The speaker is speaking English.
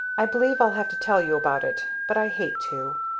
i believe i'll have to tell you about it but i hate to.